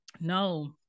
no